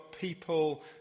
people